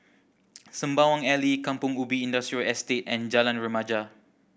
Sembawang Alley Kampong Ubi Industrial Estate and Jalan Remaja